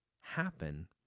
happen